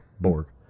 Borg